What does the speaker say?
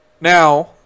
Now